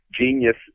genius